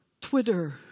Twitter